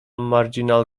marginal